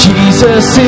Jesus